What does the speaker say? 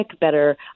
better